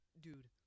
Dude